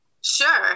sure